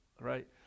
right